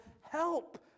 help